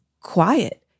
quiet